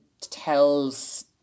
tells